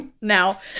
Now